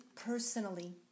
personally